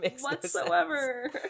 whatsoever